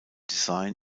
design